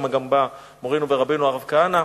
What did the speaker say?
משם גם בא מורנו ורבנו הרב כהנא.